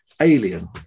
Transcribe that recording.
alien